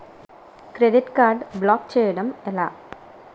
Credit card block చేయడం ఎలా?